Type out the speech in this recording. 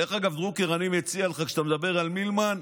דרך אגב, דרוקר, כשאתה מדבר על מלמן,